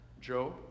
Job